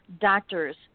doctors